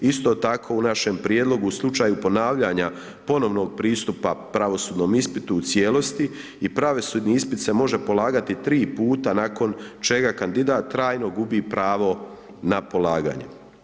Isto tako i našem prijedlogu u slučaju ponavljanja ponovnog pristupa pravosudnom ispitu u cijelosti i pravosudni ispit se može polagati 3 puta nakon čega kandidat trajno gubi pravo na polaganje.